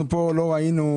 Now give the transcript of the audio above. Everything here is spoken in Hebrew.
אנחנו פה לא ראינו,